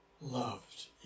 loved